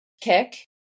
kick